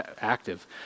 active